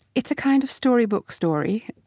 it's a kind of storybook story,